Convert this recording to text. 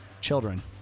children